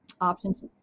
options